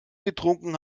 getrunken